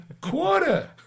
Quarter